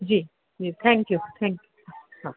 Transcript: जी जी thank you thank you हा